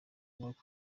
ngombwa